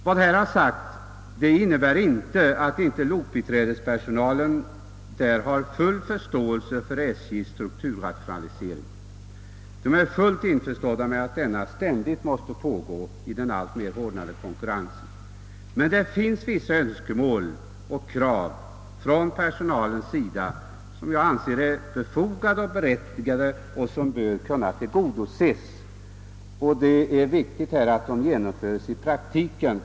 Vad som här sagts innebär inte att lokbiträdespersonalen i Halmstad inte har full förståelse för SJ:s strukturrationalisering. De förstår helt och fullt att denna ständigt måste pågå i den allt hårdare konkurrensen. Det finns emellertid vissa önskemål och krav från personalens sida som jag anser är berättigade och som bör kunna tillgodoses, och det är viktigt att detta sker vid den fortgående rationaliseringen.